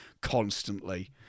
constantly